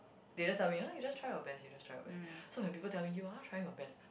they just tell me ah you just try your best you just try your best so when people tell me you are trying your best